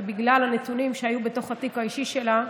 ובגלל הנתונים שהיו לה בתיק האישי שלה,